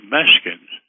Mexicans